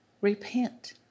repent